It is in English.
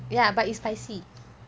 ya but it's spicy